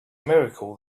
miracle